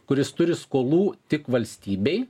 kuris turi skolų tik valstybei